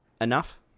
enough